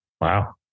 Wow